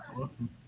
Awesome